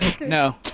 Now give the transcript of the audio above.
No